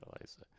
Eliza